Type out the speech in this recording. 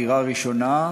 דירה ראשונה,